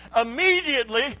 immediately